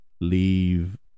leave